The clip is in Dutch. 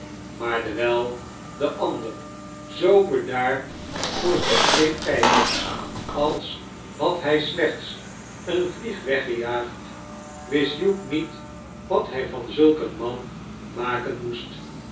maar dewijl de ander zoo bedaard voor zich bleef kijken als had hij slechts eene vlieg weggejaagd wist hugh niet wat hij van zulk een man maken moest